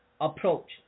approach